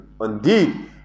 Indeed